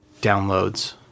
downloads